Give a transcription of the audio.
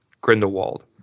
Grindelwald